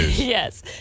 Yes